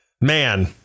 man